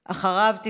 החדש,